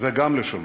וגם לשלום.